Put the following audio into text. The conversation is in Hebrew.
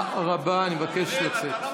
זה דיון חדש, חבר'ה.